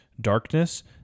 darkness